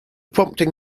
prompting